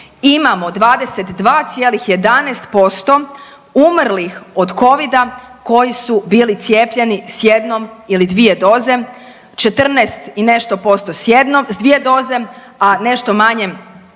imamo 22,11% umrlih od covida koji su bili cijepljeni sa jednom ili dvije doze. 14% i nešto posto sa dvije doze, a nešto manje